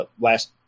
last